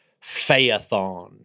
Phaethon